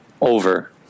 over